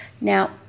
Now